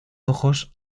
ojos